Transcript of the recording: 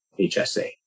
HSA